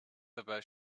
dabei